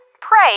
Pray